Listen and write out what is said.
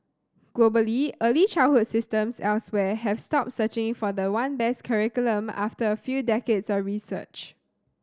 globally early childhood systems elsewhere have stopped searching for the one best curriculum after a few decades of research